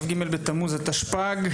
היום כ"ג בתמוז התשפ"ג,